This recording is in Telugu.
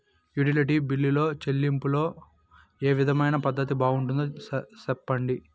యుటిలిటీ బిల్లులో చెల్లింపులో ఏ విధమైన పద్దతి బాగుంటుందో సెప్పండి?